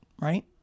right